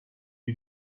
you